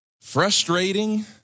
frustrating